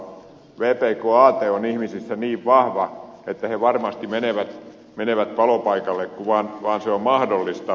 vpk aate on ihmisissä niin vahva että he varmasti menevät palopaikalle kun se vaan on mahdollista